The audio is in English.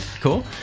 Cool